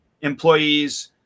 employees